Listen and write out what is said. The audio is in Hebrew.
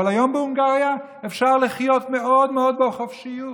אבל היום בהונגריה אפשר לחיות מאוד מאוד בחופשיות.